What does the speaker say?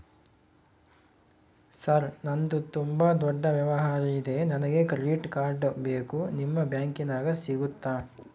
Sir ನಂದು ತುಂಬಾ ದೊಡ್ಡ ವ್ಯವಹಾರ ಇದೆ ನನಗೆ ಕ್ರೆಡಿಟ್ ಕಾರ್ಡ್ ಬೇಕು ನಿಮ್ಮ ಬ್ಯಾಂಕಿನ್ಯಾಗ ಸಿಗುತ್ತಾ?